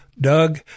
Doug